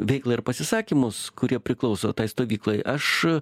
veiklą ir pasisakymus kurie priklauso tai stovyklai aš